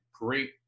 great